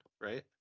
right